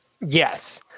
Yes